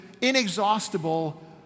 inexhaustible